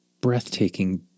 breathtaking